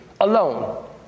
alone